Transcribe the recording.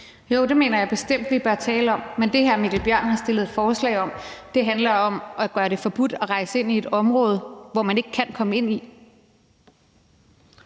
Jo, det mener jeg bestemt at vi bør tale om. Men det, hr. Mikkel Bjørn har fremsat forslag om her, handler om at gøre det forbudt at rejse ind i et område, som man ikke kan komme ind i.